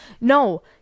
No